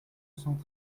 cent